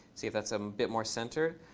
see if that's a bit more center.